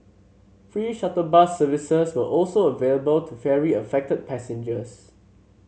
free shuttle bus services were also available to ferry affected passengers